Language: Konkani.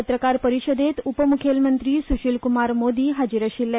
पत्रकार परिशदेंत उपमुख्यमंत्री सुशीलकुमार मोदी हाजीर आशिल्ले